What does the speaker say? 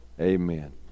amen